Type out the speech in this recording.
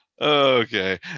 Okay